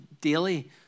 daily